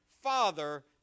father